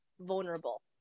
vulnerable